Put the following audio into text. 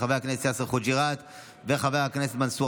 חבר הכנסת יאסר חוג'יראת וחבר הכנסת מנסור